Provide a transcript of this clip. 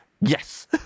yes